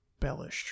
Bellish